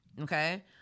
Okay